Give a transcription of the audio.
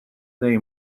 they